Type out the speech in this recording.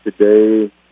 today